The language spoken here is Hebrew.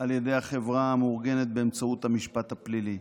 על ידי החברה המאורגנת באמצעות המשפט הפלילי.